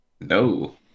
No